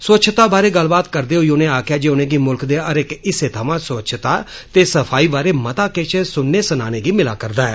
स्वच्छता बारे गल्लबात करदे होई उनें आक्खेआ जे उनेंगी मुल्ख दे हर इक हिस्से थमां स्वच्छता ते सफाई बारे मता किश सुनने गी मिला करदा ऐ